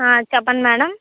ఆ చెప్పండి మేడం